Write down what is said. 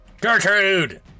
Gertrude